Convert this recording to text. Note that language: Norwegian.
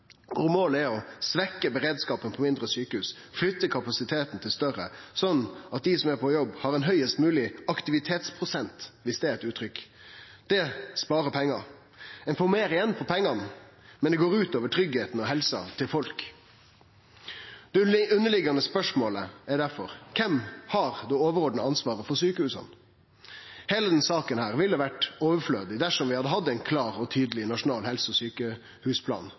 der målet er å svekkje beredskapen på mindre sjukehus og flytte kapasiteten til større, slik at dei som er på jobb, har ein høgast mogleg aktivitetsprosent, om det er eit uttrykk. Det sparar ein pengar på. Ein får meir igjen for pengane, men det går ut over tryggleiken og helsa til folk. Det underliggjande spørsmålet er difor: Kven har det overordna ansvaret for sjukehusa? Heile denne saka ville ha vore overflødig dersom vi hadde hatt ein klar og tydeleg nasjonal helse- og